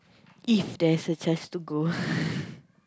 if there's a chance to go